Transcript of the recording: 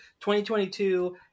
2022